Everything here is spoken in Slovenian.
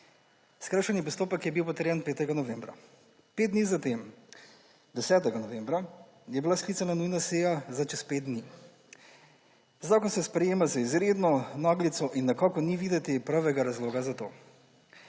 Skrajšani postopek je bil potrjen 5. novembra. Pet dni za tem, 10. novembra, je bila sklicana nujna seja za čez 5 dni. Zakon se sprejema z izredno naglico in nekako ni videti pravega razloga za to.